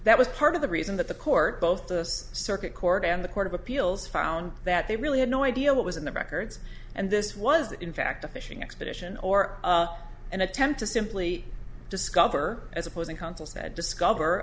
that was part of the reason that the court both of us circuit court and the court of appeals found that they really had no idea what was in the records and this was in fact a fishing expedition or an attempt to simply discover as opposing counsel said discover